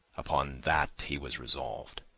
upon that he was resolved.